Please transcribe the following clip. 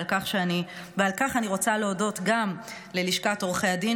על כך אני רוצה להודות גם ללשכת עורכי הדין,